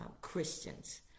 Christians